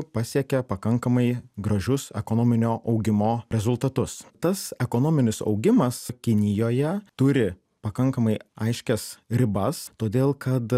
pasiekia pakankamai gražius ekonominio augimo rezultatus tas ekonominis augimas kinijoje turi pakankamai aiškias ribas todėl kad